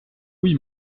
oui